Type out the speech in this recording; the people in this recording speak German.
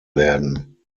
werden